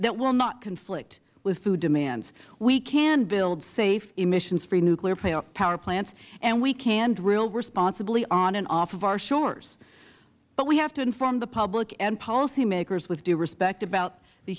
that will not conflict with fuel demands we can build safe emissions free nuclear power plants and we can drill responsibly on and off of our shores but we have to inform the public and policymakers with due respect about the